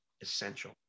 essential